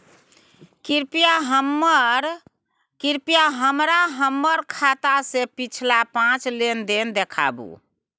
कृपया हमरा हमर खाता से पिछला पांच लेन देन देखाबु